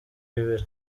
bibiri